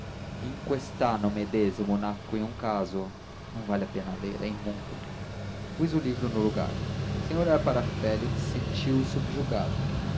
indigna in quest'anno medesimo nacque un caso não vale a pena ler é imundo pus o livro no lugar sem olhar para o félix senti-o subjugado